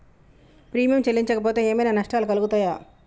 Premium చెల్లించకపోతే ఏమైనా నష్టాలు కలుగుతయా?